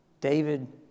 David